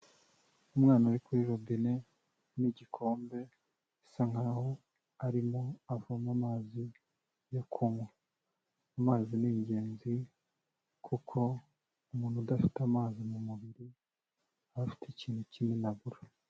Umwana uri kuri robine n'igikombe bisa nkaho arimo avoma amazi yo kunywa, amazi ni ingenzi kuko umuntu udafite amazi mu mubiri aba afite ikintu kinini abura.